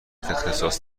اختصاص